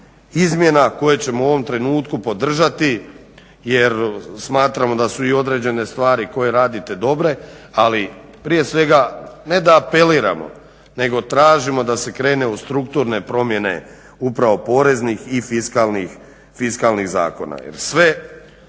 izmjena koje ćemo u ovom trenutku podržati jer smatramo da su i određene stvari koje radite dobre. Ali prije svega ne da apeliramo nego tražimo da se krene u strukturne promjene upravo poreznih i fiskalnih zakona